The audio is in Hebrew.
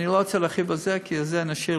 אני לא רוצה להרחיב על זה כי את זה נשאיר,